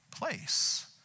place